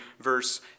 verse